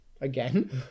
again